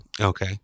Okay